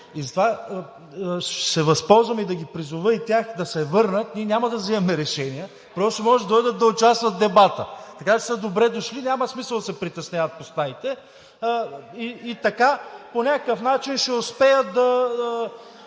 Затова ще се възползвам да призова и тях да се върнат. Ние няма да взимаме решения, просто ще могат да дойдат да участват в дебата, така че са добре дошли. Няма смисъл да се притесняват по стаите. И така, по някакъв начин ще успеят да